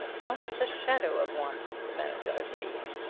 not the shadow of one! the manager agreed.